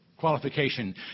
Qualification